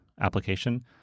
application